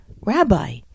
Rabbi